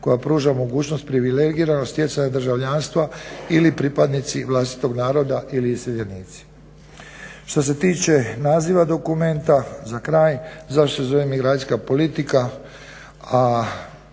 koja pruža mogućnost privilegiranog stjecanja državljanstva ili pripadnici vlastitog naroda ili iseljenici. Što se tiče naziva dokumenta za kraj zašto se zove migracijska politika,